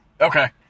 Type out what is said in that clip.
Okay